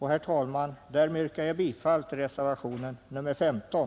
Herr talman! Därmed yrkar jag bifall till reservationen 15.